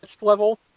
level